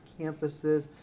campuses